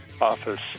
Office